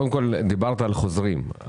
דיברת על חוזרים,